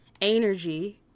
energy